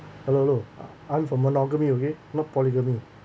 I don't know I I'm from monogamy okay not polygamy